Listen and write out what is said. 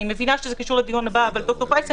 ד"ר פרייס,